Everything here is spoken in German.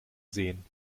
sehen